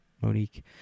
monique